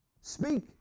Speak